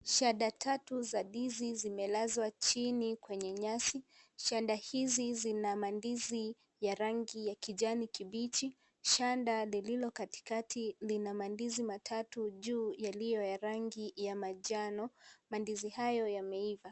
Shanda tatu za ndizi zimelazwa chini kwenye nyasi. Shanda hizi zina mandizi ya rangi ya kijani kibichi. Shanda lililo katikati lina mandizi matatu juu yaliyo ya rangi ya manjano. Mandizi hayo yameiva.